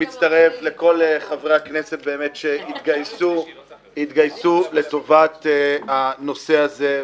אני מצטרף לכל חברי הכנסת שהתגייסו לטובת הנושא הזה.